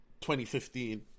2015